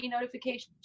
notifications